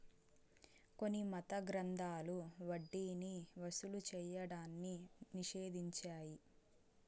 కొన్ని మత గ్రంథాలు వడ్డీని వసూలు చేయడాన్ని నిషేధించాయి